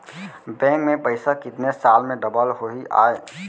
Bank में पइसा कितने साल में डबल होही आय?